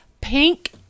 pink